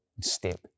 step